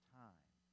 time